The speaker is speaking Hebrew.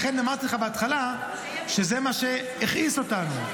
לכן אמרתי לך בהתחלה, שזה מה שהכעיס אותנו.